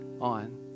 on